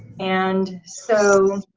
and so